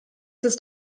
ist